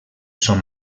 són